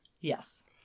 Yes